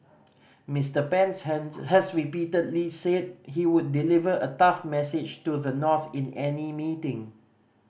Mister Pence hanse has repeatedly said he would deliver a tough message to the North in any meeting